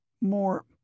more